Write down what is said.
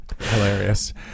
Hilarious